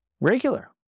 regular